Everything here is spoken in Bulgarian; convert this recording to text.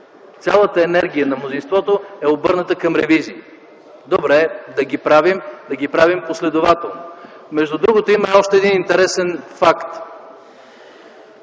цялата енергия на мнозинството е обърната към ревизии. Добре, да ги правим. Да ги правим последователно. Между другото има и още един интересен факт.